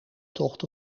tocht